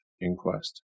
inquest